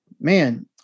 man